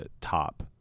top